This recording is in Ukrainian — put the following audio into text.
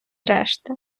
решти